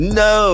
no